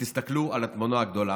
ותסתכלו על התמונה הגדולה.